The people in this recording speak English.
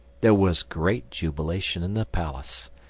there was great jubilation in the palace,